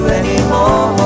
anymore